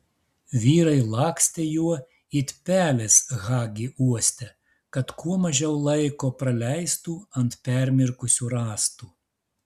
vyrai lakstė juo it pelės hagi uoste kad kuo mažiau laiko praleistų ant permirkusių rąstų